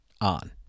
on